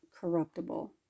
corruptible